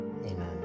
Amen